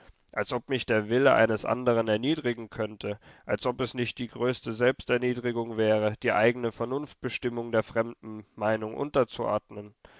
als ob mich der wille eines andern erniedrigen könnte als ob es nicht die größte selbsterniedrigung wäre die eigene vernunftbestimmung der fremden meinung unterzuordnen